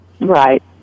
Right